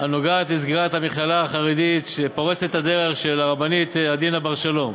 הנוגעת לסגירת המכללה החרדית פורצת הדרך של הרבנית עדינה בר-שלום.